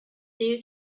due